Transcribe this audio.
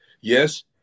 Yes